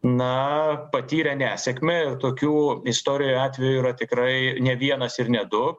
na patyrė nesėkmę ir tokių istorijų atveju yra tikrai ne vienas ir ne du